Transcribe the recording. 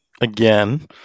again